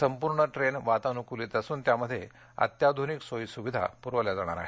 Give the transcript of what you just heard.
संपूर्ण ट्रेन वातानुकूलित असून त्यामध्ये अत्याधुनिक सोयी सुविधा पुरवल्या जाणार आहेत